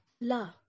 La